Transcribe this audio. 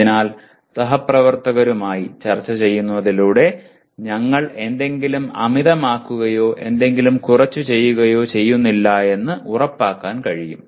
അതിനാൽ സഹപ്രവർത്തകരുമായി ചർച്ച ചെയ്യുന്നതിലൂടെ ഞങ്ങൾ എന്തെങ്കിലും അമിതമാക്കുകയോ എന്തെങ്കിലും കുറച്ചു ചെയ്യുകയോ ചെയ്യുന്നില്ലെന്ന് ഉറപ്പാക്കാൻ കഴിയും